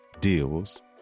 deals